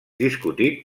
discutit